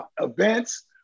events